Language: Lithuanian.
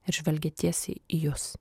ir žvelgia tiesiai į jus